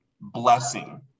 blessing